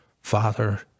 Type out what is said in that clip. Father